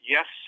Yes